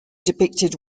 depicted